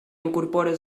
incorpora